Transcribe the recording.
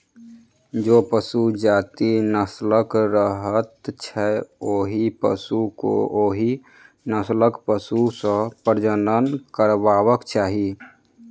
जे पशु जाहि नस्लक रहैत छै, ओहि पशु के ओहि नस्लक पशु सॅ प्रजनन करयबाक चाही